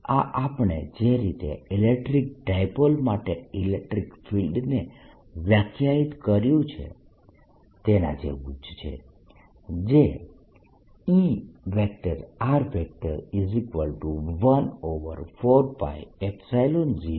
આ આપણે જે રીતે ઇલેક્ટ્રીક ડાયપોલ માટે ઇલેક્ટ્રીક ફિલ્ડને વ્યાખ્યાયિત કર્યું છે તેના જેવું જ છે જે E14π03 p